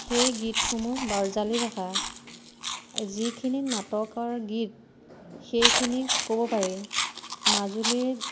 সেই গীতসমূহ বজ্ৰাৱলী ভাষা যিখিনি নাটকৰ গীত সেইখিনি ক'ব পাৰি মাজুলীৰ